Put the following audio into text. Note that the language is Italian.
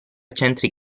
centri